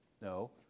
No